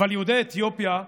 אבל יהודי אתיופיה,